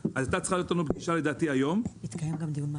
הייתה צריכה להיות לנו פגישה בנושא הזה היום אחרי הישיבה כאן,